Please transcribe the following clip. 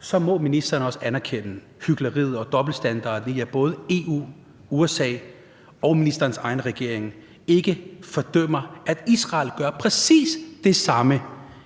så må ministeren også anerkende hykleriet og dobbeltstandarden i, at både EU, USA og ministerens egen regering ikke fordømmer, at Israel gør præcis det samme